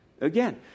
again